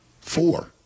Four